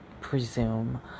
presume